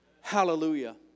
Hallelujah